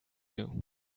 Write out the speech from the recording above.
you